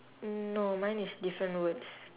mm no mine is different words